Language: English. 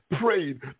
prayed